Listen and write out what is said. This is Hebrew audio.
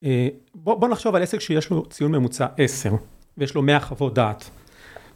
בוא נחשוב על עסק שיש לו ציון ממוצע עשר ויש לו מאה חוות דעת